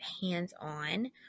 hands-on